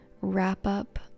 wrap-up